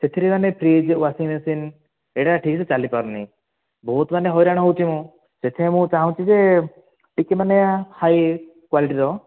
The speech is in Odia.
ସେଥିରେ ମାନେ ଫ୍ରୀଜ୍ ୱାଶିଂ ମେଶିନ୍ ଏଗୁଡ଼ା ଠିକ୍ସେ ଚାଲି ପାରୁନି ବହୁତ ମାନେ ହଇରାଣ ହେଉଛି ମୁଁ ସେଥିପାଇଁ ମୁଁ ଚାହୁଁଛି ଯେ ଟିକିଏ ମାନେ ହାଇ କ୍ବାଲିଟି ଦେବ